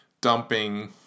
dumping